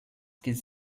qu’ils